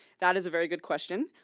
that is a very good question,